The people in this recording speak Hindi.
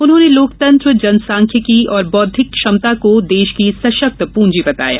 उन्होंने लोकतंत्र जनसांख्यिकी और बौद्धिक क्षमता को देश की सशक्त पूंजी बताया